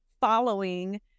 following